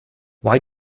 why